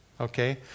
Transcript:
okay